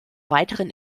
weiteren